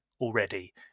already